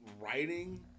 writing